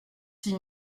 six